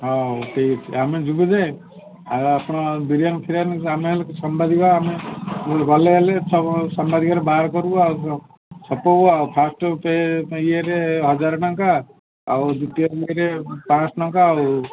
ହ ହଉ ଠିକ୍ ଅଛି ଆମେ ଯିବୁ ଯେ ଆଉ ଆପଣ ବିରିୟାନୀ ଫିରିୟାନୀ ଆମେ ହେଲୁ ସାମ୍ବାଦିକା ଆମେ ଗଲେ ହେଲେ ସବୁ ସାମ୍ବାଦିକା ବାହାର କରିବୁ ଆଉ ଛାପିବୁ ଆଉ ଫାଷ୍ଟ ଗୋଟେ ଇଏରେ ହଜାର ଟଙ୍କା ଆଉ ଦ୍ୱିତୀୟ ଇଏରେ ପାଞ୍ଚଶହ ଟଙ୍କା ଆଉ